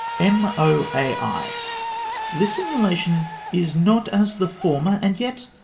m, o, a, i this simulation is not as the former and yet,